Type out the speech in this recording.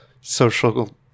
social